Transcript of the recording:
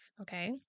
okay